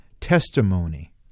testimony